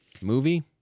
Movie